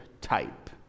type